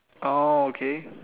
oh okay